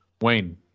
Wayne